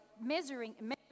measuring